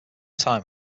time